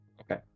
Okay